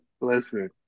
listen